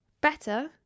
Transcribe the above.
better